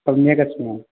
सम्यगस्मि अहम्